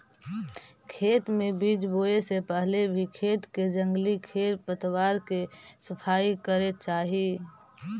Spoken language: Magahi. खेत में बीज बोए से पहले भी खेत के जंगली खेर पतवार के सफाई करे चाही